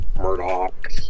Murdoch